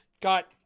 got